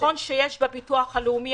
לכן יש סיוע בביטוח הלאומי.